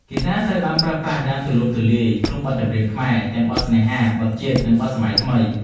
ហ្គីតាត្រូវបានប្រើប្រាស់យ៉ាងទូលំទូលាយក្នុងបទចម្រៀងខ្មែរ ទាំងបទស្នេហា បទជាតិ និងបទសម័យថ្មី។